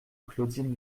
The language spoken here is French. claudine